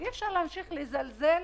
אי אפשר להמשיך לזלזל